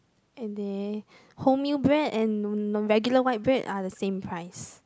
and their wholemeal bread and regular white bread are the same price